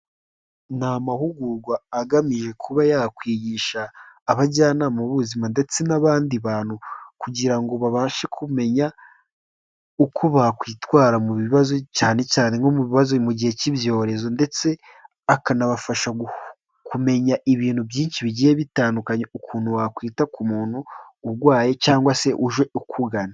Ni amahugurwa agamije kuba yakwigisha abajyanama b'ubuzima ndetse n'abandi bantu kugira ngo babashe kumenya uko bakwitwara mu bibazo cyane cyane nko mu bibazo mu gihe cy'ibyorezo ndetse akanabafasha kumenya ibintu byinshi bigiye bitandukanye, ukuntu wakwita ku muntu urwaye cyangwase uje ukugana.